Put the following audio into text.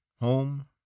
home